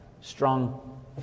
strong